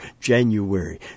January